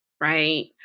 right